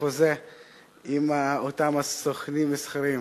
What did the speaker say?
החוזה עם אותם סוכנים מסחריים,